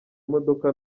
imodoka